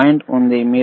ఒక పాయింట్ ఉంది